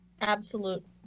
absolute